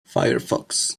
firefox